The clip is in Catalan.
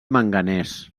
manganès